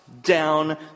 down